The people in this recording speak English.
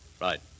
Right